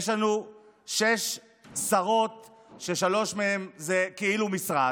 יש לנו שש שרות ששלוש מהן זה כאילו משרד.